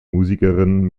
musikerin